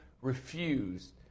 refused